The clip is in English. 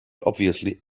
obviously